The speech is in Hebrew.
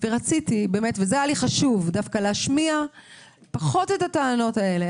היה לי חשוב דווקא להשמיע פחות את הטענות האלה,